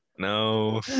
No